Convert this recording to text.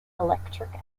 electric